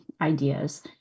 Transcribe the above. ideas